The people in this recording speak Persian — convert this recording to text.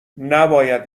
نباید